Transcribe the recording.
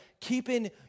keeping